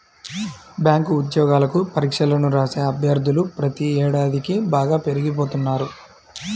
bank ఉద్యోగాలకు పరీక్షలను రాసే అభ్యర్థులు ప్రతి ఏడాదికీ బాగా పెరిగిపోతున్నారు